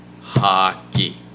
hockey